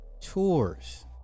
tours